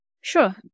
Sure